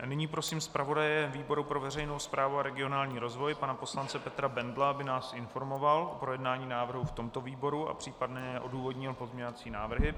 A nyní prosím zpravodaje výboru pro veřejnou správu a regionální rozvoj pana poslance Petra Bendla, aby nás informoval o projednání návrhu v tomto výboru a případně odůvodnil pozměňovací návrhy.